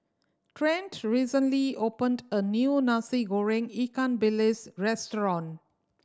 Trent recently opened a new Nasi Goreng ikan bilis restaurant